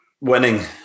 Winning